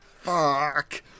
Fuck